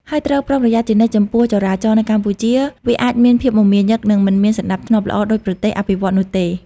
ហើយត្រូវប្រុងប្រយ័ត្នជានិច្ច ចំពោះចរាចរណ៍នៅកម្ពុជា វាអាចមានភាពមមាញឹកនិងមិនមានសណ្តាប់ធ្នាប់ល្អដូចប្រទេសអភិវឌ្ឍន៍នោះទេ។